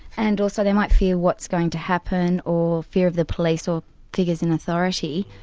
and also they might fear what's going to happen, or fear of the police, or figures in authority.